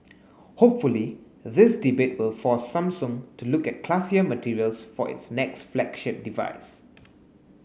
hopefully this debate will force Samsung to look at classier materials for its next flagship device